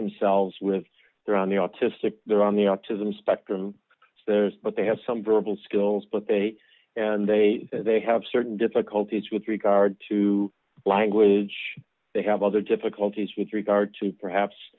themselves with they're on the autistic they're on the autism spectrum but they have some verbal skills but they and they they have certain difficulties with regard to language they have other difficulties with regard to perhaps